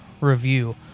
review